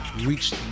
reached